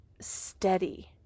steady